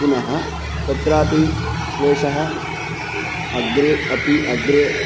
पुनः तत्रापि क्लेषः अग्रे अपि अग्रे